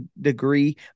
degree